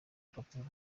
rupapuro